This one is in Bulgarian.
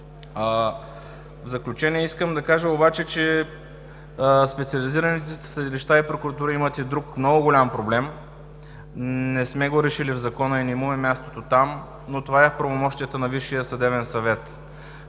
В заключение искам да кажа обаче, че специализираните съдилища и прокуратури имат и друг много голям проблем. Не сме го решили в Закона и не му е мястото там, но това е в правомощията на Висшия съдебен съвет.